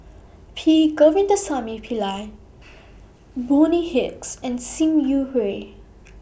P Govindasamy Pillai Bonny Hicks and SIM Hui